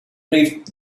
drift